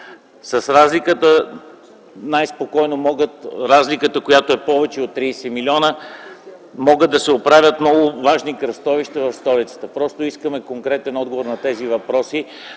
да надвишава 60 млн. лв. С разликата, която е повече от 30 млн. лв., могат да се оправят много важни кръстовища в столицата. Просто искаме конкретен отговор на тези въпроси.